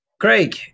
Craig